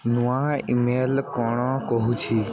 ନୂଆ email କ'ଣ କହୁଛି